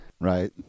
Right